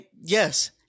yes